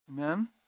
Amen